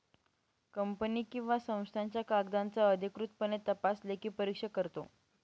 company किंवा संस्थांच्या कागदांचा अधिकृतपणे तपास लेखापरीक्षक करतो